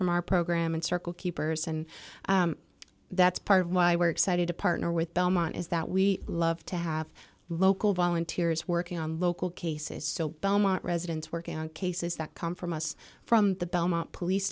from our program and circle keepers and that's part of why we're excited to partner with belmont is that we love to have local volunteers working on local cases so belmont residents working on cases that come from us from the belmont police